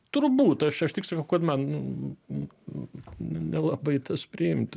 turbūt aš aš tik sakau kad man nelabai tas priimti